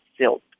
silt